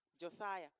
Josiah